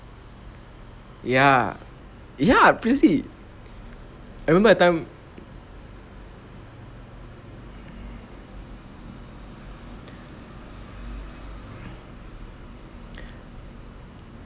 ya ya precisely I remember that time